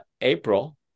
April